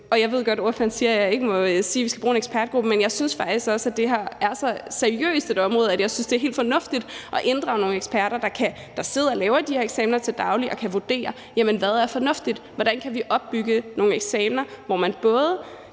Og jeg ved godt, ordføreren siger, at jeg ikke må sige, at vi skal bruge en ekspertgruppe, men det her er faktisk så seriøst et område, at jeg synes, det er helt fornuftigt inddrage nogle eksperter, der sidder og laver de her eksamener til daglig og kan vurdere, hvad der er fornuftigt, og hvordan vi kan opbygge nogle eksamener, hvor man både